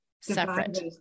separate